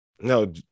No